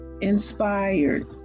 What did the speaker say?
inspired